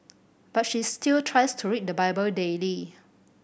but she still tries to read the Bible daily